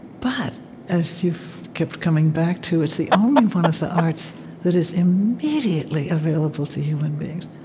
but as you've kept coming back to, it's the only one of the arts that is immediately available to human beings.